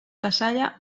cassalla